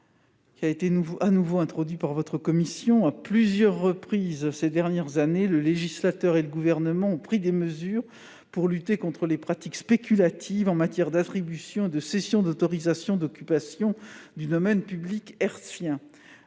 l'article 13 , introduit par votre commission. À plusieurs reprises, au cours des dernières années, le législateur et le Gouvernement ont pris des mesures pour lutter contre les pratiques spéculatives en matière d'attribution et de cession d'autorisations d'occupation du domaine public hertzien.